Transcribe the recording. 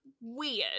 weird